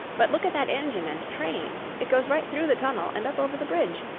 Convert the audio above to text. but look at that engine and train. it goes right through the tunnel and up over the bridge.